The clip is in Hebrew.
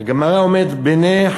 הגמרא אומרת: "בני,